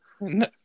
No